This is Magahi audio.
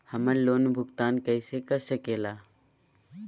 हम्मर लोन भुगतान कैसे कर सके ला?